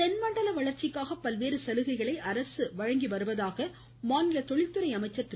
தென் மண்டல வளர்ச்சிக்காக பல்வேறு சலுகைகளை அரசு வழங்கி வருவதாக மாநில தொழில்துறை அமைச்சர் திரு